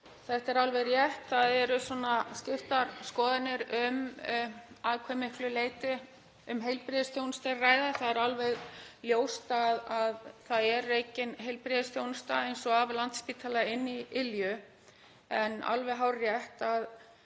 Þetta er alveg rétt, það eru skiptar skoðanir um að hve miklu leyti um heilbrigðisþjónustu er að ræða. Það er alveg ljóst að það er rekin heilbrigðisþjónusta eins og af Landspítala inni í Ylju en það er alveg hárrétt að